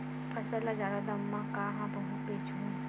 फसल ल जादा दाम म कहां बेचहु?